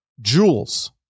jewels